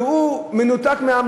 והוא מנותק מהעם.